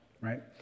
right